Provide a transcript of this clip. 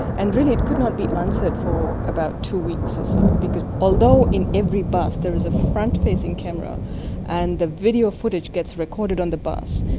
and really it could not be answered for about two weeks or so because although in every bus there is a front-facing camera and the video footage gets recorded on the bus,